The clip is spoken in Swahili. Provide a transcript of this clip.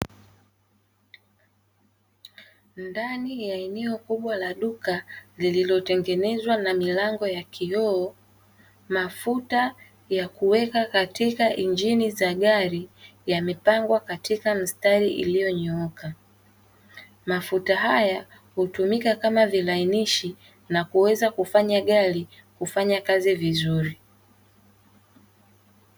Ndani ya eneo kubwa la duka lililotengenezwa la milango ya kioo. Mafuta yakuweka katika injini za gari yamepangwa katika mstari iliyonyooka, mafuta haya hutumika kama vilainishi na kuweza kufanya gari kufanya kazi vizuri.